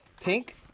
Pink